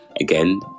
Again